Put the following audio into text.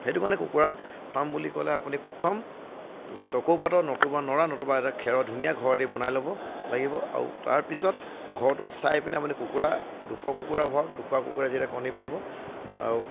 সেইটো কাৰণে কুকুৰা ফাৰ্ম বুলি ক'লে আপুনি প্ৰথম টকোপাতৰ নতুবা নৰা নতুবা এটা খেৰৰ ধুনীয়া ঘৰ এটি বনাই ল'ব লাগিব আৰু তাৰপিছত ঘৰটো চাই পিনে আপুনি কুকুৰা দুশ কুকুৰা ভৰাওক দুশ কুকুৰা যেতিয়া কণী পাৰিব আৰু